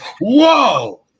Whoa